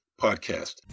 podcast